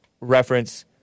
reference